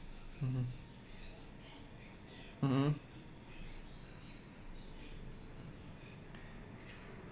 mm mmhmm